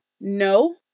No